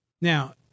Now